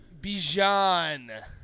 Bijan